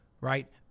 right